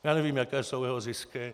Já nevím, jaké jsou jeho zisky.